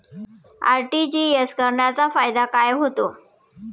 RTGS करण्याचा फायदा काय होतो?